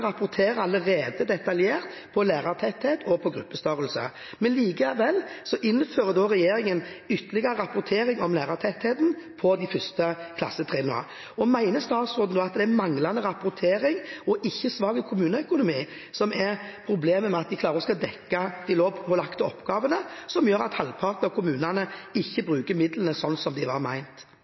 Likevel innfører regjeringen ytterligere rapportering om lærertettheten på de første klassetrinnene. Mener statsråden at det er manglende rapportering – og ikke svak kommuneøkonomi – som er problemet kommunene har med å klare å dekke de lovpålagte oppgavene, som gjør at halvparten av dem ikke bruker midlene slik de var ment? Veksten i de frie inntektene har vært høyere i denne perioden enn i den rød-grønne perioden. I fjor var